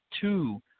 two